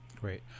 Great